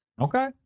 Okay